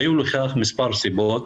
היו לכך מספר סיבות,